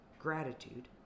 Gratitude